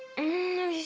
a